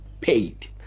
paid